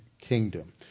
kingdom